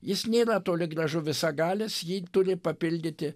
jis nėra toli gražu visagalis jį turi papildyti